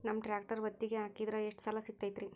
ನಮ್ಮ ಟ್ರ್ಯಾಕ್ಟರ್ ಒತ್ತಿಗೆ ಹಾಕಿದ್ರ ಎಷ್ಟ ಸಾಲ ಸಿಗತೈತ್ರಿ?